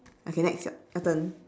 okay next yo~ your turn